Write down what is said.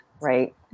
right